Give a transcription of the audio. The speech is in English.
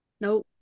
no